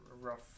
rough